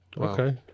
Okay